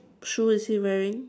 shoe is he wearing